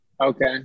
Okay